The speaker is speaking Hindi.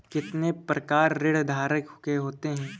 कितने प्रकार ऋणधारक के होते हैं?